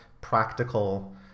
practical